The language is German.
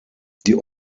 die